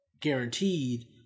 guaranteed